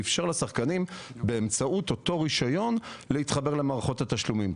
ואפשר לשחקנים להתחבר באמצעותו למערכות התשלומים.